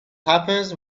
happens